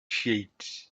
sheets